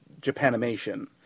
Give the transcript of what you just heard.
Japanimation